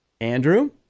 Andrew